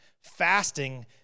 fasting